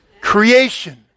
Creation